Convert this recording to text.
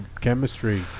chemistry